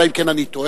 אלא אם כן אני טועה.